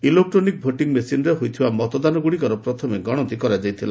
electronic voting ମେସିନ୍ରେ ହୋଇଥିବା ମତଦାନ ଗୁଡ଼ିକର ପ୍ରଥମେ ଗଣତି କରାଯାଇଥିଲା